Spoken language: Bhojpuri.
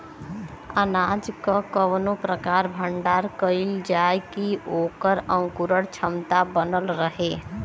अनाज क कवने प्रकार भण्डारण कइल जाय कि वोकर अंकुरण क्षमता बनल रहे?